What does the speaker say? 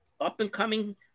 up-and-coming